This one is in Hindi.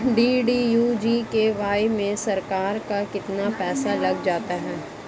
डी.डी.यू जी.के.वाई में सरकार का कितना पैसा लग जाता है?